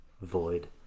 void